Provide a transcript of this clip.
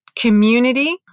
community